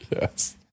Yes